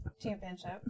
championship